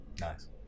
nice